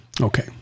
Okay